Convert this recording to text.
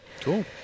Cool